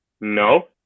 no